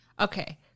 Okay